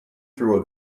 through